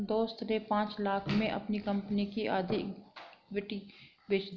दोस्त ने पांच लाख़ में अपनी कंपनी की आधी इक्विटी बेंच दी